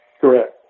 Correct